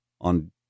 on